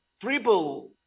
triple